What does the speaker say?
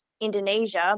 Indonesia